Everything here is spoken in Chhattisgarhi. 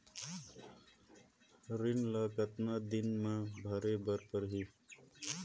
ऋण ला कतना दिन मा भरे बर रही?